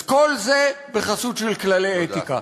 כל זה בחסות כללי אתיקה.